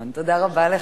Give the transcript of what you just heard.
תודה רבה לך,